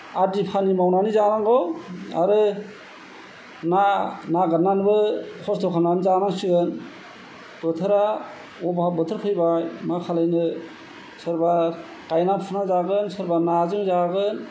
आदि फानि मावनानै जानांगौ आरो ना नागेरनानैबो खस्त' खालामनानै जानांसिगोन बोथोरा अभाब बोथोर फैबाय मा खालायनो सोरबा गायना फुना जागोन सोरबा नाजों जागोन